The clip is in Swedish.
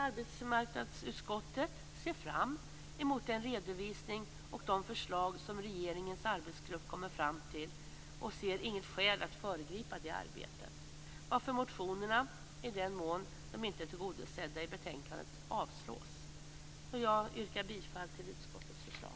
Arbetsmarknadsutskottet ser fram emot den redovisning och de förslag som regeringens arbetsgrupp kommer fram till och ser inget skäl att föregripa det arbetet, varför motionerna - i den mån de inte är tillgodosedda i betänkandet - avstyrks. Jag yrkar bifall till utskottets hemställan.